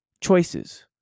Choices